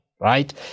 Right